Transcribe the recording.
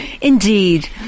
Indeed